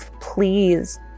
please